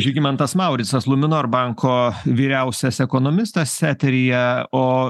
žygimantas mauricas luminor banko vyriausias ekonomistas eteryje o